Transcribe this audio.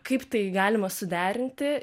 kaip tai galima suderinti